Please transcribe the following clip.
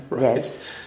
yes